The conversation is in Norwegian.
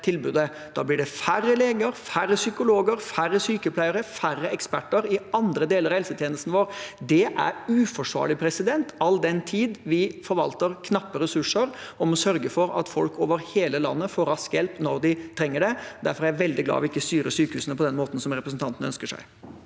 Da blir det færre leger, færre psykologer, færre sykepleiere, færre eksperter i andre deler av helsetjenesten vår. Det er uforsvarlig all den tid vi forvalter knappe ressurser og må sørge for at folk over hele landet får rask hjelp når de trenger det. Derfor er jeg veldig glad for at vi ikke styrer sykehusene på den måten representanten ønsker seg.